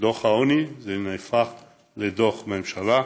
שדוח העוני הפך לדוח ממשלה,